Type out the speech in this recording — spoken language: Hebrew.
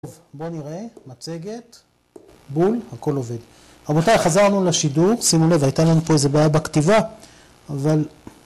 טוב, בוא נראה. מצגת? בול. הכול עובד. רבותיי, חזרנו לשידור. שימו לב, הייתה לנו פה איזו בעיה בכתיבה, אבל...